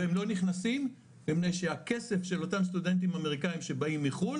והם לא נכנסים מפני שהכסף של אותם סטודנטים אמריקאים שבאים מחו"ל